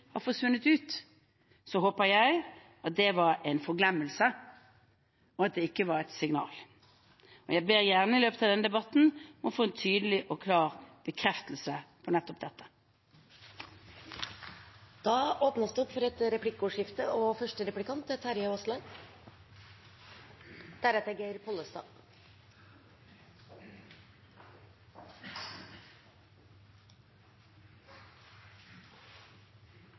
har forsvunnet ut, håper jeg at det var en forglemmelse, og at det ikke var et signal. I løpet av denne debatten ber jeg gjerne om å få en tydelig og klar bekreftelse på nettopp dette. Det blir replikkordskifte. La meg først si at jeg setter stor pris på at representanten Solberg er